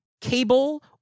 Cable